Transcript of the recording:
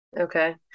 Okay